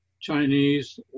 Chinese